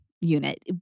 unit